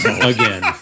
again